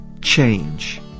change